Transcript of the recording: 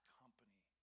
company